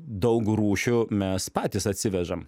daug rūšių mes patys atsivežam